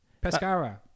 Pescara